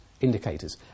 indicators